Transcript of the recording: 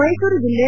ಮೈಸೂರು ಜಿಲ್ಲೆ